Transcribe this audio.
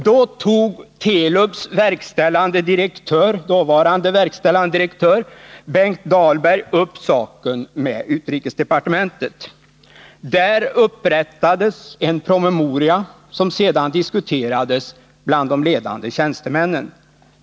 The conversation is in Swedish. Då tog Telubs dåvarande verkställande direktör Benkt Dahlberg upp saken med utrikesdepartementet. Där upprättades en promemoria som sedan diskuterades bland de ledande tjänstemännen.